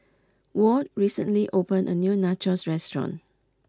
Ward recently opened a new Nachos restaurant